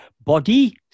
body